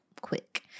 quick